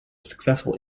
successful